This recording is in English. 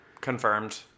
Confirmed